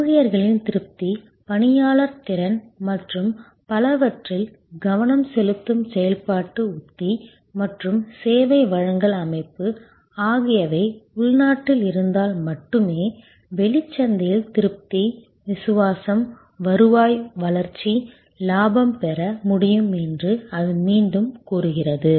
ஊழியர்களின் திருப்தி பணியாளர் திறன் மற்றும் பலவற்றில் கவனம் செலுத்தும் செயல்பாட்டு உத்தி மற்றும் சேவை வழங்கல் அமைப்பு ஆகியவை உள்நாட்டில் இருந்தால் மட்டுமே வெளிச் சந்தையில் திருப்தி விசுவாசம் வருவாய் வளர்ச்சி லாபம் பெற முடியும் என்று அது மீண்டும் கூறுகிறது